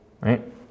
Right